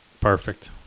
Perfect